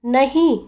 नहीं